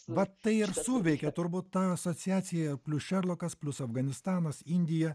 va tai ir suveikė turbūt ta asociacija plius šerlokas plius afganistanas indija